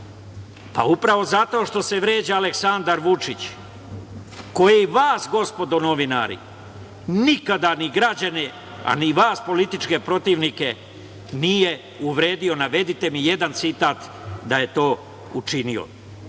Upravo zato što se vređa Aleksandar Vučić, koji vas gospodo novinari, nikada ni građane, a ni vas političke protivnike nije uvredio. Navedite mi jedan citat da je to učinio.